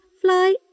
fly